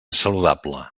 saludable